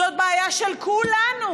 זאת בעיה של כולנו.